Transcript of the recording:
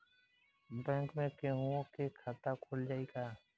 Bank में केहूओ के खाता खुल जाई का?